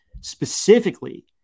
specifically